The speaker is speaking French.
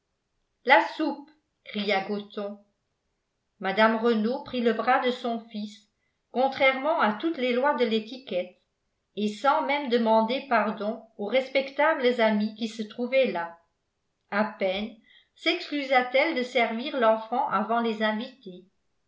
la soupe cria gothon mme renault prit le bras de son fils contrairement à toutes les lois de l'étiquette et sans même demander pardon aux respectables amis qui se trouvaient là à peine sexcusa t elle de servir l'enfant avant les invités